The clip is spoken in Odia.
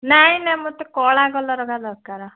ନାହିଁ ନାହିଁ ମୋତେ କଳା କଲରଟା ଦରକାର